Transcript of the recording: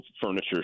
furniture